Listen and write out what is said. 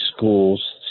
schools